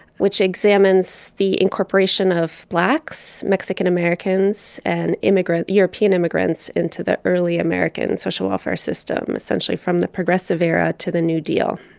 which examines the incorporation of blacks, mexican-americans and immigrant, european immigrants, into the early american social welfare system, essentially from the progressive era to the new deal.